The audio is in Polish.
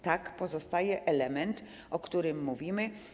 Tak, pozostaje element, o którym mówimy.